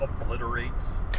obliterates